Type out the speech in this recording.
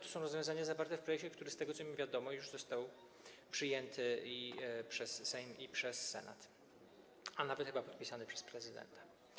To są rozwiązania zawarte w projekcie, który z tego, co mi wiadomo, już został przyjęty przez Sejm i przez Senat, a nawet chyba podpisany przez prezydenta.